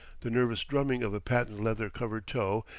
the nervous drumming of a patent-leather covered toe,